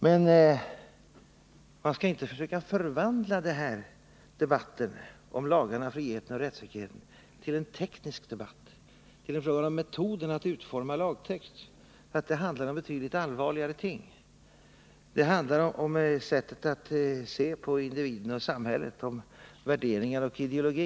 Men man skall inte förvandla debatten om lagarna, friheten och rättssäkerheten till en teknisk debatt, till en fråga om metoderna för att utforma lagtext, för det handlar om betydligt allvarligare ting. Det handlar om sättet att se på individen och samhället, om värderingar och ideologi.